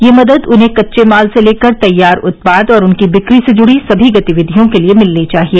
यह मदद उन्हें कच्चे माल से लेकर तैयार उत्पाद और उनकी बिक्री से जुड़ी सभी गतिविधियों के लिए मिलनी चाहिए